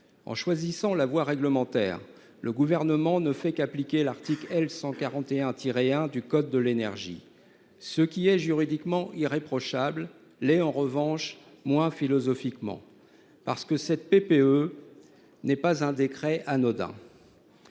En choisissant la voie réglementaire, le Gouvernement ne fait qu’appliquer l’article L. 141 1 du code de l’énergie. Ce qui est juridiquement irréprochable l’est moins philosophiquement : ce décret n’est pas anodin.